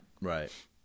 Right